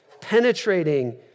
Penetrating